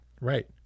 Right